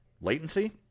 latency